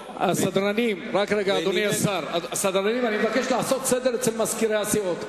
הסדרנים, אני מבקש לעשות סדר אצל מזכירי הסיעות.